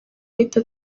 ahita